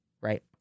right